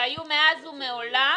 שהיו מאז ומעולם,